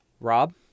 Rob